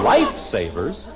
Lifesavers